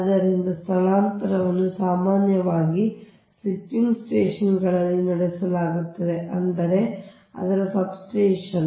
ಆದ್ದರಿಂದ ಸ್ಥಳಾಂತರವನ್ನು ಸಾಮಾನ್ಯವಾಗಿ ಸ್ವಿಚಿಂಗ್ ಸ್ಟೇಷನ್ಗಳಲ್ಲಿ ನಡೆಸಲಾಗುತ್ತದೆ ಅಂದರೆ ಅದರ ಸಬ್ಸ್ಟೇಷನ್